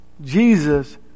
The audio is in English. Jesus